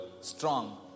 strong